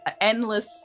endless